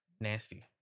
Nasty